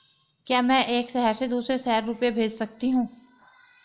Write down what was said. क्या मैं एक शहर से दूसरे शहर रुपये भेज सकती हूँ?